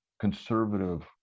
conservative